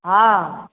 हँ